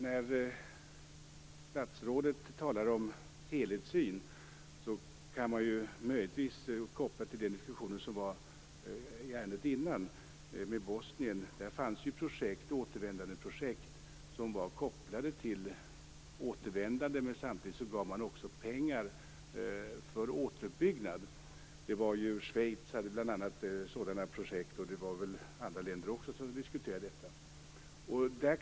När statsrådet talar om helhetssyn, kan man möjligtvis koppla det till den tidigare diskussionen, om Bosnien. Där fanns projekt som var kopplade till återvändande, men samtidigt gav man pengar för återuppbyggnad. Schweiz hade bl.a. sådana projekt, och andra länder diskuterade också detta.